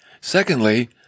Secondly